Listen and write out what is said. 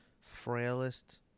frailest